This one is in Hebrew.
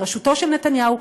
בראשותו של נתניהו,